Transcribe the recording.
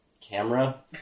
camera